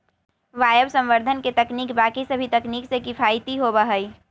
वायवसंवर्धन के तकनीक बाकि सभी तकनीक से किफ़ायती होबा हई